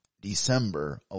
December